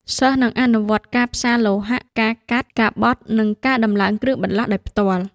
សិស្សនឹងអនុវត្តការផ្សារលោហៈ ការកាត់ ការបត់ និងការដំឡើងគ្រឿងបន្លាស់ ដោយផ្ទាល់។